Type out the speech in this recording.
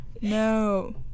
no